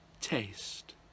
taste